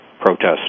protest